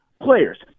players